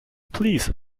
please